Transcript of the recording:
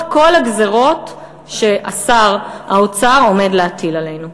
כל הגזירות ששר האוצר עומד להטיל עלינו.